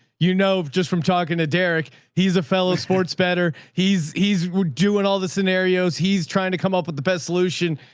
you know, just from talking to derek, he's a fellow sports better. he's he's doing all the scenarios. he's trying to come up with the best solution.